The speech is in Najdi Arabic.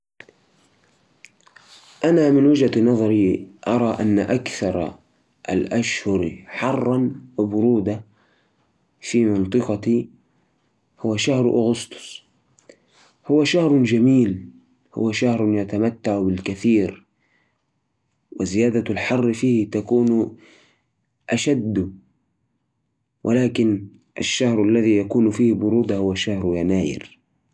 أكثر الأشهر حرارة عندي هو يوليو، حيث ترتفع درجات الحرارة بشكل كبير. أما أكثر الأشهر برودة فهو يناير، والجو يكون بارد بشكل واضح. بالنسبة للرطوبة، شهر أغسطس هو الأكثر رطوبة، خاصة مع ارتفاع درجات الحرارة. أما أكثر الأشهر جفافا فهو ديسمبر، حيث تكون الأمطار قليله والجو هادى